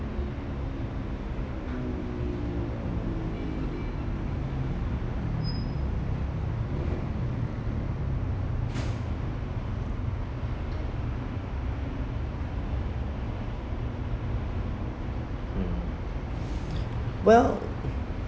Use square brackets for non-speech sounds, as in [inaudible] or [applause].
mm [breath] well